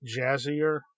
jazzier